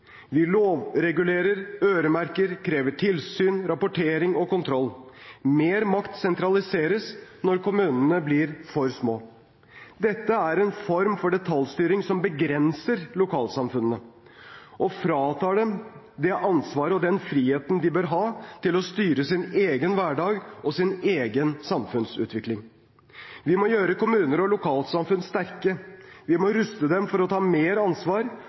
Vi lovregulerer, øremerker, krever tilsyn, rapportering og kontroll. Mer makt sentraliseres når kommunene blir for små. Dette er en form for detaljstyring som begrenser lokalsamfunnene, og fratar dem det ansvaret og den friheten de bør ha til å styre sin egen hverdag og sin egen samfunnsutvikling. Vi må gjøre kommuner og lokalsamfunn sterke. Vi må ruste dem for å ta mer ansvar